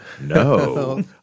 no